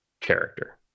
character